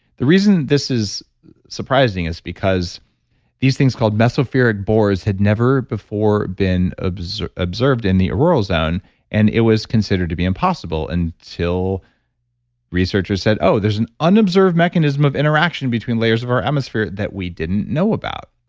the reason this is surprising is because these things called mesosphere bores had never before been observed observed in the aurora zone and it was considered to be impossible and until researchers said, oh, there's an unobserved mechanism of interaction between layers of our atmosphere that we didn't know about.